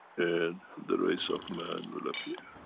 and the race of man will appear.